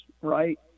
right